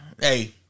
Hey